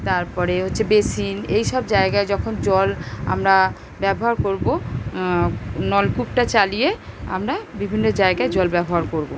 তারপরে হচ্ছে বেসিন এইসব জায়গায় যখন জল আমরা ব্যবহার করব নলকূপটা চালিয়ে আমরা বিভিন্ন জায়গায় জল ব্যবহার করব